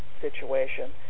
situation